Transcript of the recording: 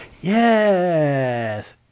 Yes